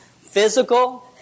Physical